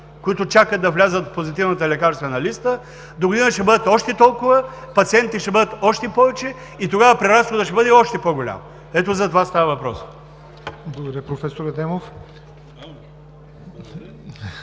които чакат да влязат в Позитивната лекарствена листа, догодина ще бъдат още толкова, пациентите ще бъдат още повече и тогава преразходът ще бъде още по-голям. Ето, за това става въпрос.